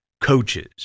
coaches